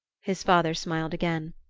his father smiled again.